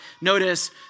Notice